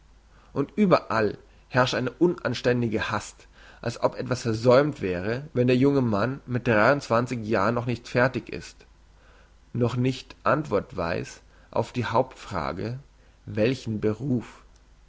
und überall herrscht eine unanständige hast wie als ob etwas versäumt wäre wenn der junge mann mit jahren noch nicht fertig ist noch nicht antwort weiss auf die hauptfrage welchen beruf